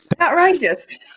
Outrageous